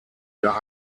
der